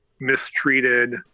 mistreated